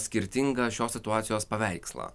skirtingą šios situacijos paveikslą